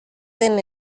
den